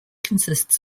consists